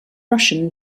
russian